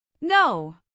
No